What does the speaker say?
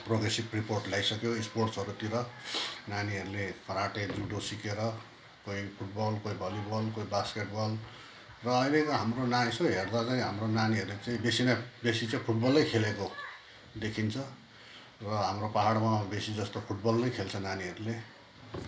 progressive report ल्याइसक्यो स्पोर्ट्सहरूतिर नानीहरूले कँराते जुडो सिकेर कोही फुटबल कोही भलिबल कोही बास्केटबल र अहिलेको हाम्रो नानीहरू यसो हेर्दा चाहिँ हाम्रो नानीहरूले चाहिँ बेसी न बेसी चाहिँ फुटबल नै खेलेको देखिन्छ र हाम्रो पहाडमा बेसी जस्तो फुटबल नै खेल्छ नानीहरूले